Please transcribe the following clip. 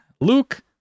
Luke